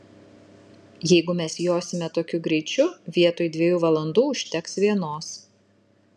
jeigu mes josime tokiu greičiu vietoj dviejų valandų užteks vienos